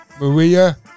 Maria